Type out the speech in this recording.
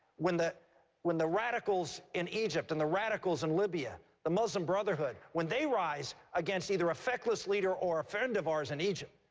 when the when the radicals in egypt and the radicals in libya, the muslim brotherhood, when they rise against either a feckless leader or a friend of ours in egypt,